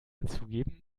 hinzugeben